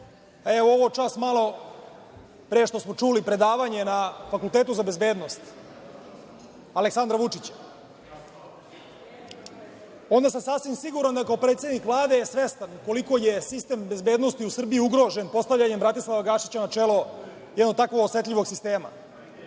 u obzir, maločas što smo čuli, predavanje na Fakultetu za bezbednost, Aleksandra Vučića, onda sam sasvim siguran, ako je predsednik Vlade svestan koliko sistem bezbednosti u Srbiji ugrožen, postavljanjem Bratislava Gašića na čelo jednog tako osetljivog